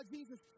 Jesus